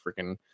freaking